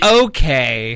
okay